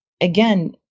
Again